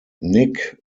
nick